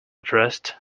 trust